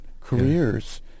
careers